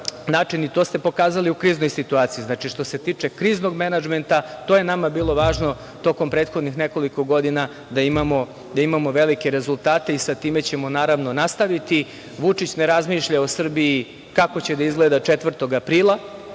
i to ste pokazali u kriznoj situaciji. Što se tiče kriznog menadžmenta, to je nama bilo važno tokom prethodnih nekoliko godina da imamo velike rezultate i sa time ćemo, naravno, nastaviti. Vučić ne razmišlja o Srbiji kako će da izgleda 4. aprila,